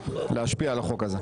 להשפיע על החוק הזה.